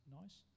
nice